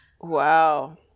Wow